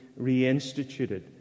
reinstituted